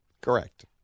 Correct